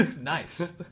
Nice